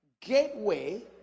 gateway